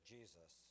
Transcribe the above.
Jesus